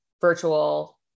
virtual